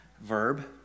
verb